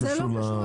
כל השאר,